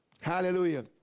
Hallelujah